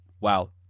Wow